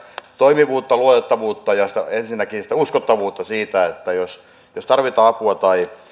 toimivuutta luotettavuutta ja ensinnäkin sitä uskottavuutta siitä että jos jos tarvitaan apua